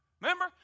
Remember